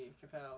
Capel